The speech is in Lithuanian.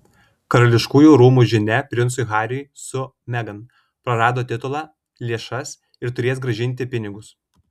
karališkųjų rūmų žinia princui hariui su megan prarado titulą lėšas ir turės grąžinti pinigus